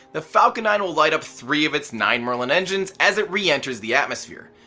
the falcon nine will light up three of its nine merlin engines as it reenters the atmosphere.